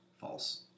False